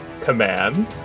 command